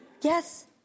yes